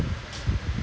a bit too easy